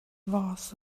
was